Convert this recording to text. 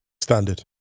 Standard